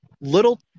little